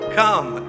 come